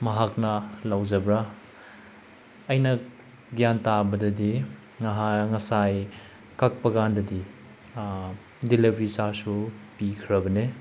ꯃꯍꯥꯛꯅ ꯂꯧꯖꯕ꯭ꯔ ꯑꯩꯅ ꯒ꯭ꯌꯥꯟ ꯇꯥꯕꯗꯗꯤ ꯅꯍꯥꯟ ꯉꯁꯥꯏ ꯀꯛꯄ ꯀꯥꯟꯗꯗꯤ ꯗꯦꯂꯤꯕ꯭ꯔꯤ ꯆꯥꯔꯖꯁꯨ ꯄꯤꯈ꯭ꯔꯕꯅꯦ